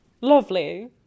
lovely